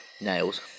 nails